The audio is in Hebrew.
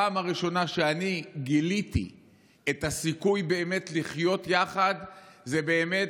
הפעם הראשונה שאני גיליתי את הסיכוי לחיות יחד באמת